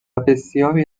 بسیاری